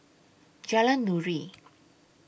Jalan Nuri